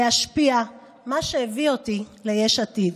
להשפיע, מה שהביא אותי ליש עתיד.